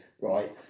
right